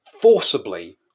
forcibly